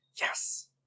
Yes